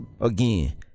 again